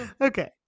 Okay